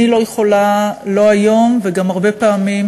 אני לא יכולה, לא היום, וגם הרבה פעמים,